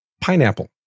Pineapple